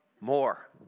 more